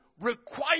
require